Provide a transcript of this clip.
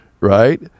right